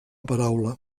paraula